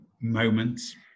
moments